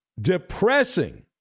depressing